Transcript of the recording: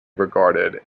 regarded